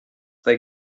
they